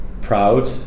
proud